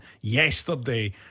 Yesterday